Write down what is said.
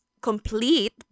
complete